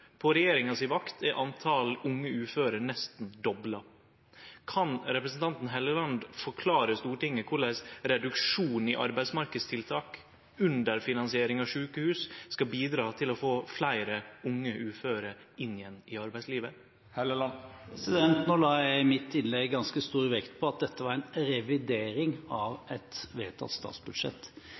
På regjeringa si vakt er talet på unge uføre nesten dobla. Kan representanten Helleland forklare Stortinget korleis reduksjon i arbeidsmarknadstiltak og underfinansiering av sjukehus skal bidra til å få fleire unge uføre inn igjen i arbeidslivet? Jeg la i mitt innlegg ganske stor vekt på at dette var en revidering av et vedtatt statsbudsjett.